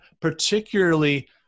particularly